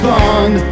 Bond